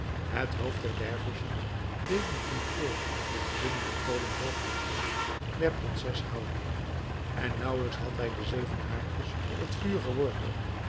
het hoofd der dervissen deed een komfoor met glimmende kolen boven het hoofd der prinses houden en naauwelijks had hij de zeven haartjes op het vuur geworpen